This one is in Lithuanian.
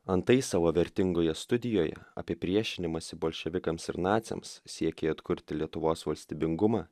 antai savo vertingoje studijoje apie priešinimąsi bolševikams ir naciams siekį atkurti lietuvos valstybingumą